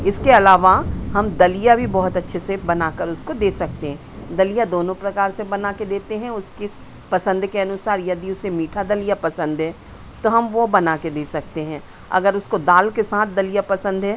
इसके अलावा हम दलिया भी बहुत अच्छे से बनाकर उसको दे सकते हैं दलिया दोनों प्रकार से बना के देते हैं उसकी पसंद के अनुसार यदि उसे मीठा दलिया पसंद है तो हम वो बना के दे सकते हैं अगर उसको दाल के साथ दलिया पसंद है